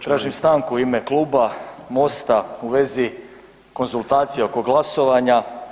Tražim stanku u ime kluba Mosta u vezi konzultacija oko glasovanja.